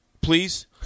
please